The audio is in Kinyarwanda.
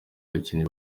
abakinnyi